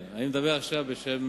אני מדבר עכשיו בשם